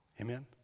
Amen